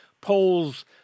polls